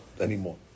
anymore